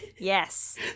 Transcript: Yes